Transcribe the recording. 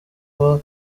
aho